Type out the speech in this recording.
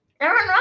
Aaron